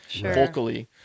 vocally